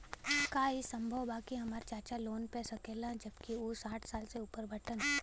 का ई संभव बा कि हमार चाचा लोन पा सकेला जबकि उ साठ साल से ऊपर बाटन?